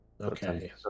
okay